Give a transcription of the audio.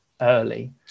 early